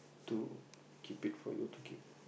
to keep it for you to keep